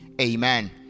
Amen